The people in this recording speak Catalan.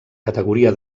categoria